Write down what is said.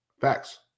Facts